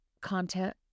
content